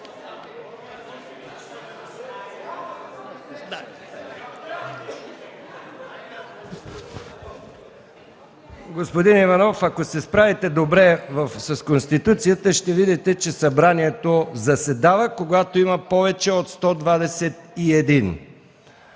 Господин Иванов, ако се справите добре с Конституцията ще видите, че Събранието заседава, когато има повече от 121.